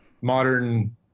modern